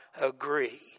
agree